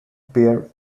pierre